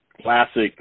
classic